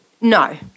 No